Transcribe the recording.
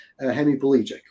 hemiplegic